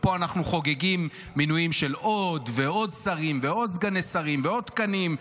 ופה אנחנו חוגגים מינויים של עוד ועוד שרים ועוד סגני שרים ועוד תקנים,